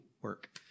work